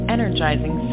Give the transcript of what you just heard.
Energizing